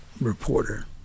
reporter